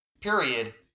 period